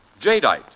jadeite